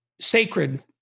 Sacred